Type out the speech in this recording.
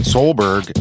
Solberg